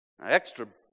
extra